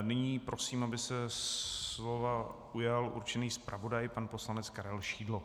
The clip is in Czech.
Nyní prosím, aby se slova ujal určený zpravodaj pan poslanec Karel Šidlo.